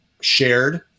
shared